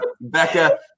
becca